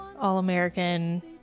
all-american